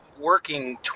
working